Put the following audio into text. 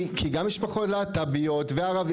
כי גם יש משפחות להט"ביות וערבים,